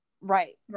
Right